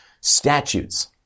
statutes